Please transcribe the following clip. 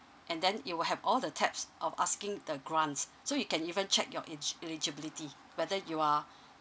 and then it will have all the tabs of asking the grants so you can even check your eg~ eligibility whether you are